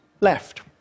left